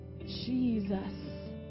Jesus